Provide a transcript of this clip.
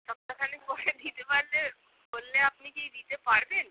সপ্তাহখানেক পরে দিতে পারবে বললে আপনি কি দিতে পারবেন